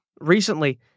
recently